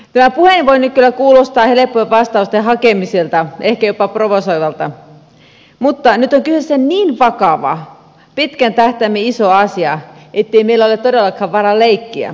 tämä puhe voi nyt kyllä kuulostaa helppojen vastausten hakemiselta ehkä jopa provosoivalta mutta nyt on kyseessä niin vakava pitkän tähtäimen iso asia ettei meillä ole todellakaan varaa leikkiä